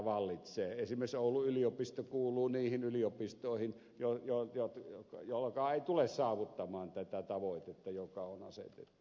esimerkiksi oulun yliopisto kuuluu niihin yliopistoihin jotka eivät tule saavuttamaan tätä tavoitetta joka on asetettu